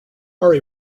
are